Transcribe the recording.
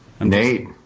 Nate